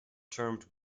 termed